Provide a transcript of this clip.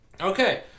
okay